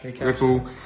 Ripple